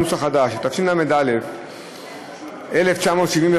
התשל"א 1971,